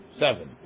seven